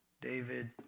David